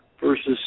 versus